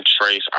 trace